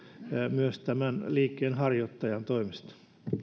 myös tämän liikkeenharjoittajan toimesta